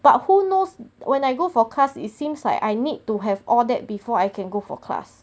but who knows when I go for class it seems like I need to have all that before I can go for class